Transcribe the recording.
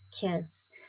kids